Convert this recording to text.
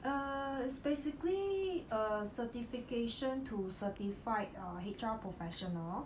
err it's basically a certification to certified H_R professional